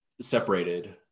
separated